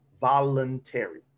voluntary